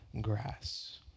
grass